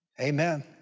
Amen